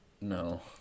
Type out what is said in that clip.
no